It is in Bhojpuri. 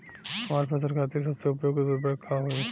हमार फसल खातिर सबसे उपयुक्त उर्वरक का होई?